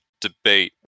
debate